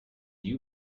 you